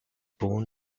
born